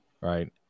Right